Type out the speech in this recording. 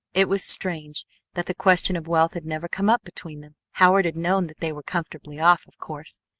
it was strange that the question of wealth had never come up between them. howard had known that they were comfortably off, of course.